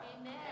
Amen